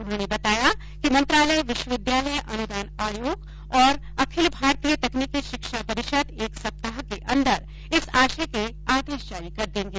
उन्होंने बताया कि मंत्रालय विश्वविद्यालय अनुदान आयोग और अखिल भारतीय तकनीकी शिक्षा परिषद एक सप्ताह के अंदर इस आशय के आदेश जारी कर देंगे